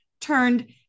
turned